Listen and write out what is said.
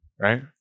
right